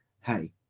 hey